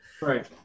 right